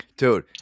Dude